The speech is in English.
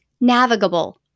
navigable